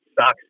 sucks